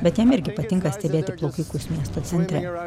bet jam irgi patinka stebėti plaukikus miesto centre